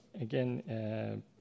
again